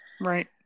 Right